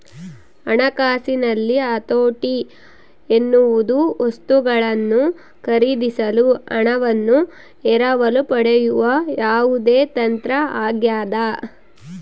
ಹಣಕಾಸಿನಲ್ಲಿ ಹತೋಟಿ ಎನ್ನುವುದು ವಸ್ತುಗಳನ್ನು ಖರೀದಿಸಲು ಹಣವನ್ನು ಎರವಲು ಪಡೆಯುವ ಯಾವುದೇ ತಂತ್ರ ಆಗ್ಯದ